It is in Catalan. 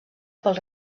pel